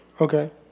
Okay